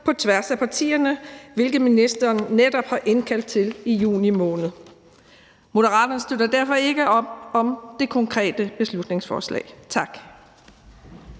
på tværs af partierne, hvilket ministeren netop har indkaldt til i juni måned. Moderaterne støtter derfor ikke op om det konkrete beslutningsforslag. Tak.